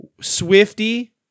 Swifty